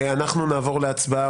נעבור להצבעה,